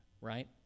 right